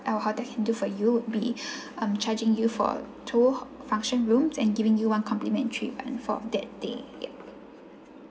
our hotel can do for you would be um charging you for two function rooms and giving you one complimentary one for that day ya